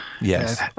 Yes